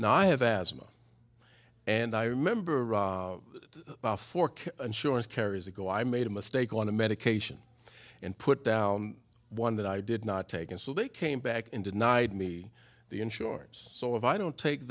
now i have asthma and i remember a fork insurance carriers ago i made a mistake on a medication and put down one that i did not take and so they came back and denied me the insurance so if i don't take